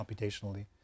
computationally